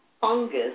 fungus